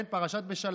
כן, פרשת בשלח.